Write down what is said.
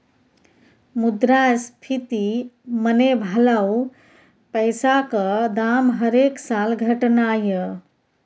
मुद्रास्फीति मने भलौ पैसाक दाम हरेक साल घटनाय